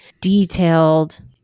detailed